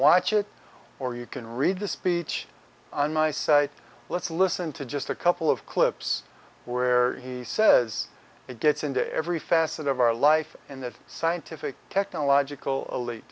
watch it or you can read the speech on my site let's listen to just a couple of clips where he says it gets into every facet of our life and the scientific technological